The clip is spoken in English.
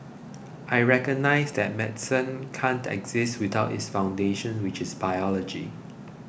I recognise that medicine can't exist without its foundations which is biology